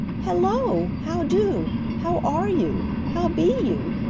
hello! how do? how are you? how be you?